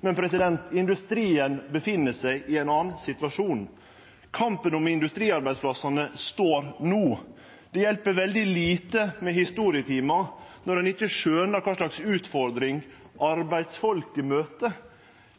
Men industrien er i ein annan situasjon. Kampen om industriarbeidsplassane står no. Det hjelper veldig lite med historietimar når ein ikkje skjønar kva slags utfordring arbeidsfolk møter.